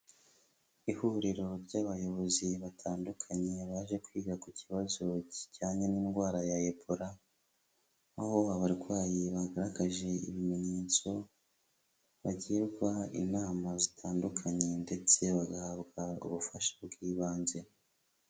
Ihuriro ry'abayobozi batandukanye baje kwiga ku kibazo kijyanye n'indwara ya Ebola, aho abarwayi bagaragaje ibimenyetso, bagirwa inama zitandukanye ndetse bagahabwa ubufasha bw'ibanze.